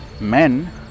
Men